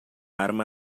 arma